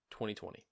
2020